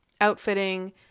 outfitting